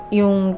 yung